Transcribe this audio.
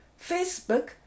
Facebook